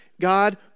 God